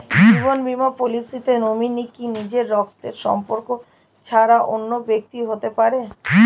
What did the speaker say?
জীবন বীমা পলিসিতে নমিনি কি নিজের রক্তের সম্পর্ক ছাড়া অন্য ব্যক্তি হতে পারে?